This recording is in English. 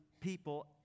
people